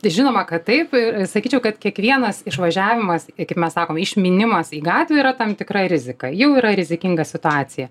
žinoma kad taip ir sakyčiau kad kiekvienas išvažiavimas į kaip mes sakome išmynimas į gatvę yra tam tikra rizika jau yra rizikinga situacija